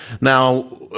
Now